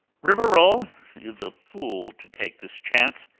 rivarol is a fool to take this chance,